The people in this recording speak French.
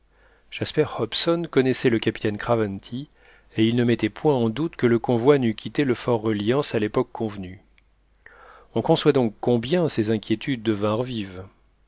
jasper hobson connaissait le capitaine craventy et il ne mettait point en doute que le convoi n'eût quitté le fortreliance à l'époque convenue on conçoit donc combien ses inquiétudes devinrent vives